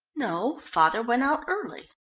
no, father went out early.